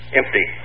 empty